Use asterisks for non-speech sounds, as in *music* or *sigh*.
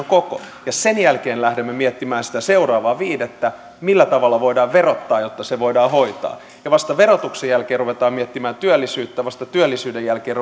*unintelligible* koko ja sen jälkeen lähdemme miettimään sitä seuraavaa viidettä millä tavalla voidaan verottaa jotta se voidaan hoitaa ja vasta verotuksen jälkeen ruvetaan miettimään työllisyyttä ja vasta työllisyyden jälkeen *unintelligible*